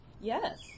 Yes